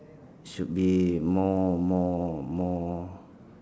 should be more more more